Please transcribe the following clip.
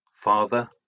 Father